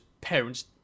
parents